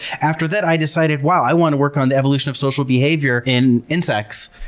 after that i decided, wow, i want to work on the evolution of social behavior in insects,